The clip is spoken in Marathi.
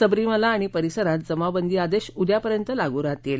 सबरीमाला आणि परिसरात जमावबंदी आदेश उद्यापर्यंत लागू राहतील